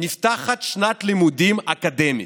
נפתחת שנת הלימודים האקדמית,